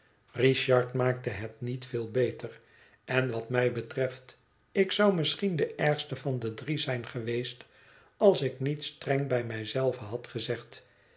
richard maakte het niet veel beter en wat mij betreft ik zou misschien de ergste van de drie zijn geweest als ik niet streng bij mij zelve had gezegd